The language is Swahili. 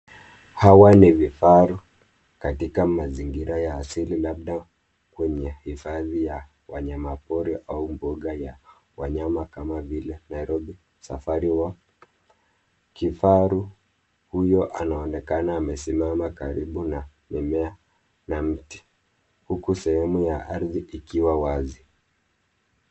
Hawa ni vifaru katika mazingira ya asili labda kwenye hifadhi ya wanyamapori au mbuga ya wanyama kama vile Nairobi Safari Park. Kifaru huyo anaonekana amesimama karibu na mimea na mti huku sehemu ya ardhi ikiwa wazi.